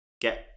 get